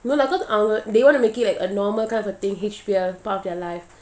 no lah cause அவங்க:avanga they want to make it like a normal kind of a thing H_B_L part of their life